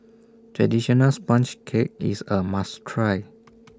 Traditional Sponge Cake IS A must Try